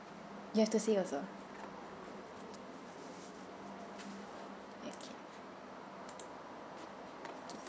you have to say also okay